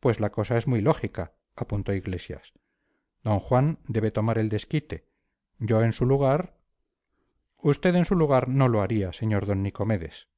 pues la cosa es muy lógica apuntó iglesias d juan debe tomar el desquite yo en su lugar usted en su lugar no lo haría sr d nicomedes